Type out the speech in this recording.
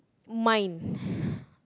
mind